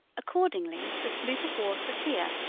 accordingly, the sloop of war sophia,